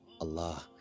Allah